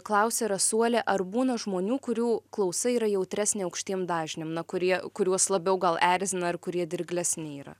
klausė rasuolė ar būna žmonių kurių klausa yra jautresnė aukštiem dažniam na kurie kuriuos labiau gal erzina ar kurie dirglesni yra